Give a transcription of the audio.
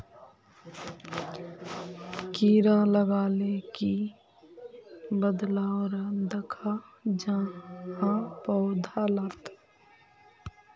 कीड़ा लगाले की बदलाव दखा जहा पौधा लात?